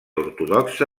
ortodoxa